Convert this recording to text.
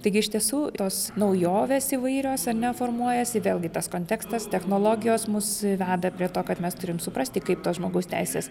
taigi iš tiesų tos naujovės įvairios ar ne formuojasi vėlgi tas kontekstas technologijos mus veda prie to kad mes turim suprasti kaip tos žmogaus teisės